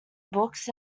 books